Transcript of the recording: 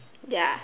ya